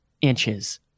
inches